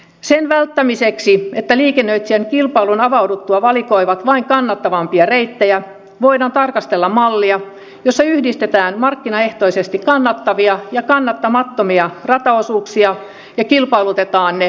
sen välttämiseksi että liikennöitsijät kilpailun avauduttua valikoivat vain kannattavimpia reittejä voidaan tarkastella mallia jossa yhdistetään markkinaehtoisesti kannattavia ja kannattamattomia rataosuuksia ja kilpailutetaan ne kokonaisuuksina